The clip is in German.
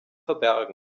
verbergen